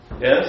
Yes